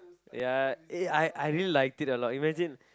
ya eh I I really liked it a lot imagine